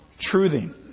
truthing